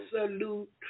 absolute